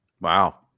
Wow